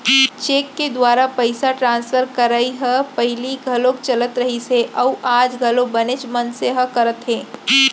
cheque के दुवारा पइसा ट्रांसफर करई ह पहिली घलौक चलत रहिस हे अउ आज घलौ बनेच मनसे ह करत हें